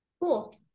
Cool